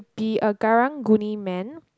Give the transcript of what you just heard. be a Karang-Guni man